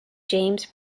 james